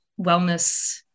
wellness